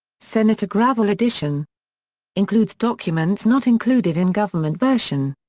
senator gravel edition includes documents not included in government version.